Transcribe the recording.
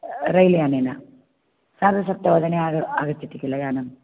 rail यानेन सार्धसप्तवादने आग आगच्छति किल यानं